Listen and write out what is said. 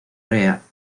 rea